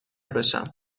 بشم